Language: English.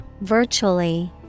Virtually